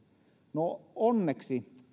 no onneksi